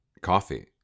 coffee